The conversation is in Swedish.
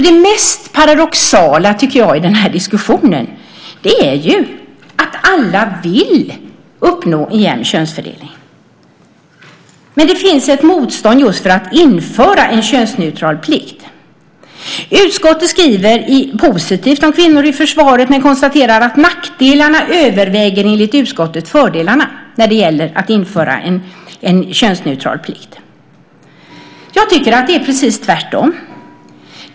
Det mest paradoxala i den här diskussionen är att alla vill uppnå en jämn könsfördelning, men det finns ett motstånd mot att införa en könsneutral plikt. Utskottet skriver positivt om kvinnor i försvaret men konstaterar att nackdelarna överväger fördelarna när det gäller att införa en könsneutral plikt. Jag tycker att det är precis tvärtom.